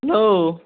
hello